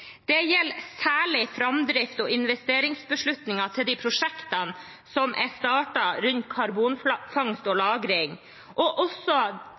Det gjelder særlig framdrift og investeringsbeslutninger for de prosjektene som er startet rundt karbonfangst og -lagring, og også